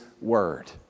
word